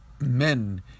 men